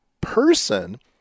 person